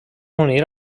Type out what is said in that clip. unir